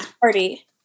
party